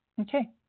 Okay